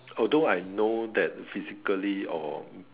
although I know that physically or